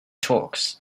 talks